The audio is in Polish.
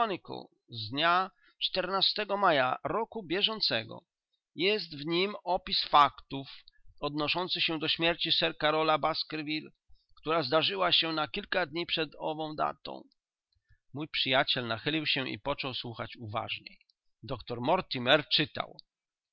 z dnia go maja roku bieżącego jest w nim opis faktów odnoszących się do śmierci sir karola baskerville która zdarzyła się na kilka dni przed ową datą mój przyjaciel nachylił się i począł słuchać uważniej doktor mortimer czytał